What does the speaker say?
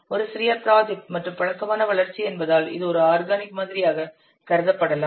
ஒரு சிறிய ப்ராஜெக்ட் மற்றும் பழக்கமான வளர்ச்சி என்பதால் இது ஒரு ஆர்கானிக் மாதிரியாக கருதப்படலாம்